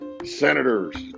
Senators